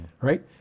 right